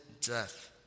death